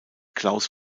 klaus